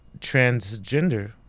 transgender